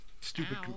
stupid